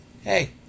hey